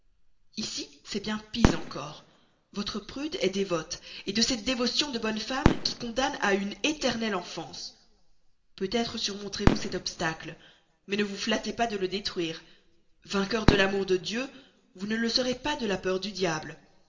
ici c'est bien pis encore votre prude est dévote de cette dévotion de bonne femme qui condamne à une éternelle enfance peut-être surmonterez vous cet obstacle mais ne vous flattez pas de le détruire vainqueur de l'amour de dieu vous ne le serez pas de la peur du diable